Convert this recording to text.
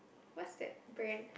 what's that brand